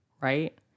right